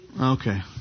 Okay